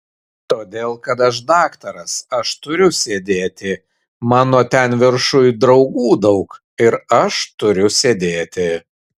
todėl kad aš daktaras aš turiu sėdėti mano ten viršuj draugų daug ir aš turiu sėdėti